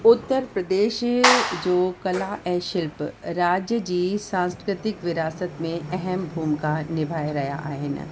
उत्तर प्रदेश जो कला ऐं शिल्प राज्य जी सांस्कृतिक विरासत में अहम भूमिका निभाए रहिया आहिनि